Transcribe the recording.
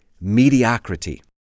mediocrity